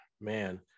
man